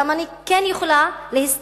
אולם אני כן יכולה להסתכן